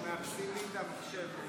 מאפסים לי את המחשב,